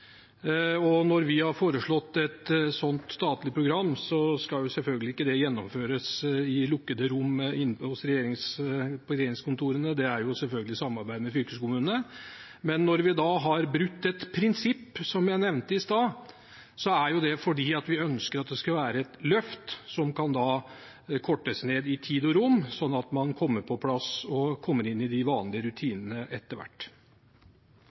Når vi har foreslått et slikt statlig program, skal det selvfølgelig ikke gjennomføres i lukkede rom i regjeringskontorene. Det skal selvfølgelig skje i samarbeid med fylkeskommunene. Men når vi har brutt et prinsipp, som jeg nevnte i stad, er det fordi vi ønsker at det skal være et løft som kan kortes ned i tid og rom, slik at man kommer på plass og kommer inn i de vanlige rutinene etter hvert.